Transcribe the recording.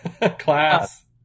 class